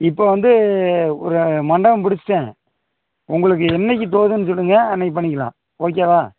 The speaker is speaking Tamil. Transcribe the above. இப்போ வந்து ஒரு மண்டபம் பிடிச்சிட்டேன் உங்களுக்கு என்றைக்கு தோதுன்னு சொல்லுங்க அன்றைக்குப் பண்ணிக்கலாம் ஓகேவா